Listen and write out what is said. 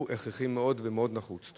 הוא מאוד הכרחי ומאוד נחוץ.